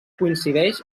coincideix